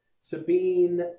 Sabine